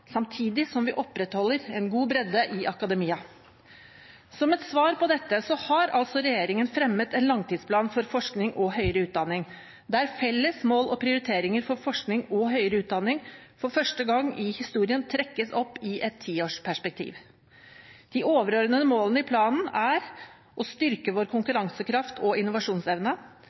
samtidig som vi opprettholder en god bredde i akademia. Som et svar på dette har altså regjeringen fremmet en langtidsplan for forskning og høyere utdanning der felles mål og prioriteringer for forskning og høyere utdanning for første gang i historien trekkes opp i et tiårsperspektiv. De overordnede målene i planen er å styrke vår